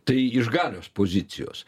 tai iš galios pozicijos